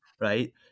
right